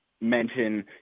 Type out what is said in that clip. mention